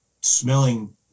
smelling